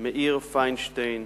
מאיר פיינשטיין,